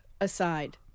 aside